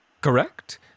correct